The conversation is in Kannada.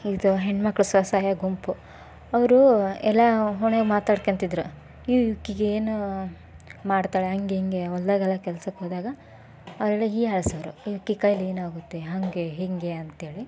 ಇದು ಹೆಣ್ಣುಮಕ್ಳು ಸ್ವಸಹಾಯ ಗುಂಪು ಅವರು ಎಲ್ಲ ಮನ್ಯಾಗ ಮಾತಾಡ್ಕಂತಿದ್ದರು ಈಕೆಗೆ ಏನು ಮಾಡ್ತಾಳೆ ಹಂಗೆ ಹಿಂಗೆ ಹೊಲ್ದಾಗೆಲ್ಲ ಕೆಲ್ಸಕ್ಕೆ ಹೋದಾಗ ಅವರೆಲ್ಲ ಹೀಯಾಳ್ಸೋವ್ರು ಈಕೆ ಕೈಲಿ ಏನಾಗುತ್ತೆ ಹಾಗೆ ಹೀಗೆ ಅಂತೇಳಿ